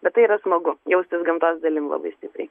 bet tai yra smagu jaustis gamtos dalim labai stipriai